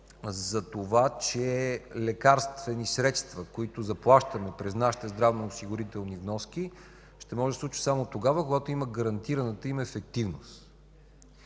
за това, че лекарствените средства, които заплащаме през нашите здравноосигурителни вноски, ще може да се случи само тогава, когато има гарантираната им ефективност.